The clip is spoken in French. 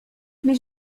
mais